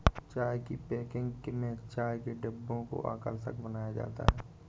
चाय की पैकेजिंग में चाय के डिब्बों को आकर्षक बनाया जाता है